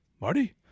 Marty